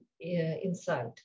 inside